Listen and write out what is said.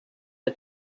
pas